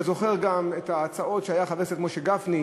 אתה זוכר גם את ההצעות של חבר הכנסת משה גפני,